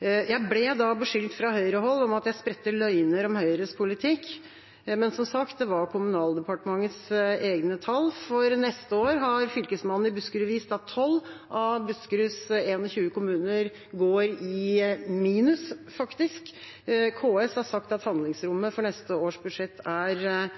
Jeg ble da beskyldt fra Høyre-hold for at jeg spredte løgner om Høyres politikk. Men som sagt: Det var Kommunaldepartementets egne tall. For neste år har Fylkesmannen i Buskerud vist at 12 av Buskeruds 21 kommuner faktisk går i minus. KS har sagt at handlingsrommet for neste års budsjett er